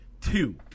Two